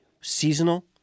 seasonal